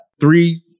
three